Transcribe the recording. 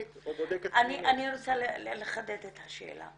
או בודקת פנימית -- אני רוצה לחדד את השאלה.